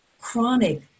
chronic